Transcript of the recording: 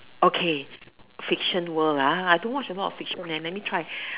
okay fiction world lah I don't watch a lot of fiction leh let me try